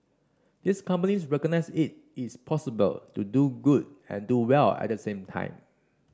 these companies recognise it is possible to do good and do well at the same time